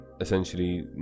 Essentially